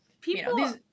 People